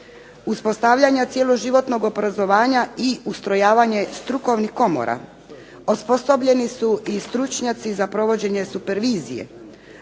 Uspostavljanja cijelo životnog obrazovanja i ustrojavanje strukovnih komora, osposobljeni su i stručnjaci za provođenje supervizije,